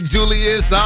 Julius